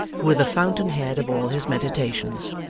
who were the fountain-head of all his meditations.